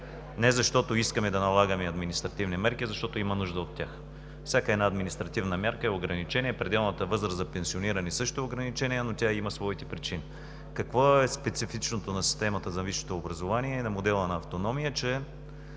не защото искаме да налагаме административни мерки, а защото има нужда от тях. Всяка една административна мярка е ограничение. Пределната възраст за пенсиониране също е ограничение, но тя има своите причини. Какво е специфичното на системата за висшето образование и на модела на автономия?